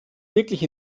wirklich